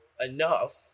enough